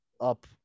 up